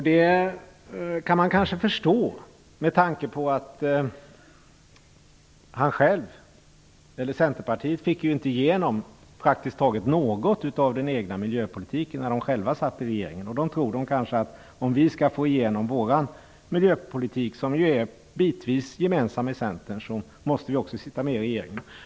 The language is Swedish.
Det kan man kanske förstå med tanke på att Centerpartiet inte fick igenom praktiskt taget något av den egna miljöpolitiken när de själva var i regeringställning. Därför tror de kanske att om vi skall få igenom vår miljöpolitik, som ju bitvis är gemensam med Centerns, så måste vi också sitta med i regeringen.